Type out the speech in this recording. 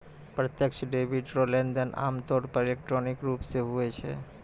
प्रत्यक्ष डेबिट रो लेनदेन आमतौर पर इलेक्ट्रॉनिक रूप से हुवै छै